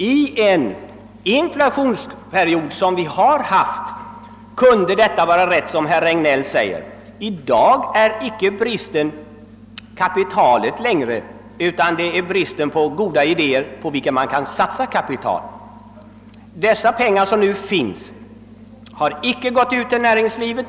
I en inflationsperiod — som vi har haft — kunde detta som herr Regnéll säger vara riktigt; i dag är huvudsaken icke bristen på kapital, utan det är bristen på goda idéer på vilka man kan satsa kapital. Dessa pengar som nu finns har icke gått ut till näringslivet.